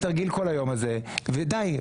כל היום הזה הוא תרגיל ודי,